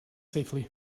safely